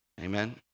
Amen